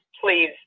please